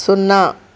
సున్నా